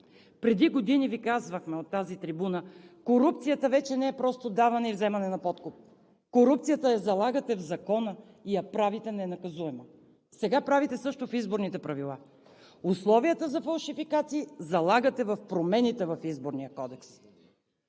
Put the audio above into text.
Преди години Ви казвахме от тази трибуна: корупцията вече не е просто даване и вземане на подкуп, корупцията я залагате в закона и я правите ненаказуема. Сега правите същото в изборните правила – условията за фалшификации залагате в промените в Изборния кодекс.